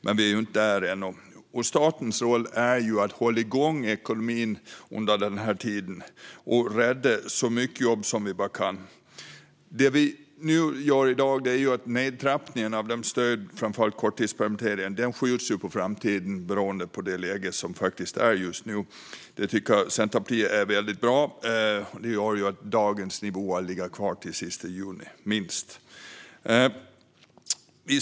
Men vi är inte där ännu. Statens roll är att hålla igång ekonomin under den här tiden och att rädda så många jobb som vi bara kan. Det vi gör i dag innebär att nedtrappningen av stöden, framför allt korttidspermitteringen, skjuts på framtiden på grund av det läge som råder just nu. Det tycker Centerpartiet är väldigt bra, och det gör att dagens nivåer ligger kvar åtminstone till den sista juni.